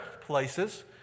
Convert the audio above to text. places